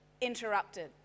interrupted